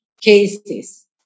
cases